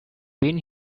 been